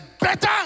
better